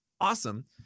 awesome